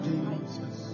Jesus